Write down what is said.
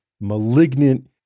malignant